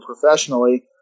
professionally